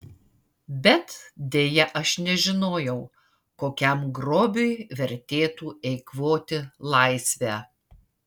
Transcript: bet deja aš nežinojau kokiam grobiui vertėtų eikvoti laisvę